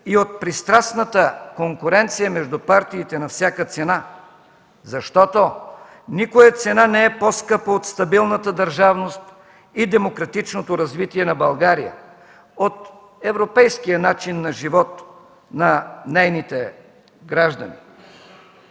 и от пристрастната конкуренция между партиите на всяка цена, защото никоя цена не по-скъпа от стабилната държавност и демократичното развитие на България, от европейския начин на живот на нейните граждани.